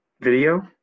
video